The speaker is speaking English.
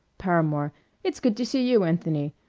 paramore it's good to see you, anthony.